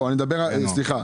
סליחה.